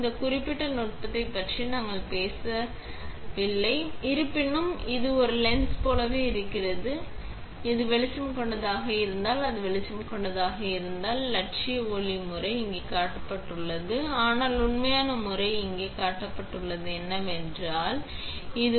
இந்த குறிப்பிட்ட நுட்பத்தைப் பற்றி நாங்கள் விவரம் பேசவில்லை இருப்பினும் இது ஒரு லென்ஸ் போலவே இருக்கிறது அது வெளிச்சம் கொண்டதாக இருந்தால் அது வெளிச்சம் கொண்டதாக இருந்தால் இலட்சிய ஒளி முறை இங்கே காட்டப்பட்டுள்ளது ஆனால் உண்மையான முறை இங்கே காட்டப்பட்டுள்ளது என்னவென்றால் இங்கே காட்டப்பட்டுள்ளது